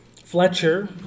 Fletcher